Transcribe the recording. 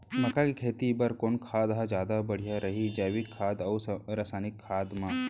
मक्का के खेती बर कोन खाद ह जादा बढ़िया रही, जैविक खाद अऊ रसायनिक खाद मा?